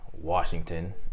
Washington